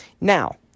Now